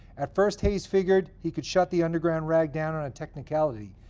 at first hayes figured he could shut the underground rag down on a technicality.